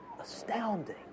astounding